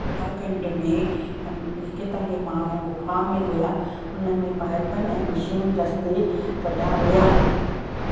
उत्तराखंड में एकतालीह माण्हू गुफा में हुया उन में पाइपनि ऐं मशीनी रस्ते कढा विया